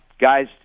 guys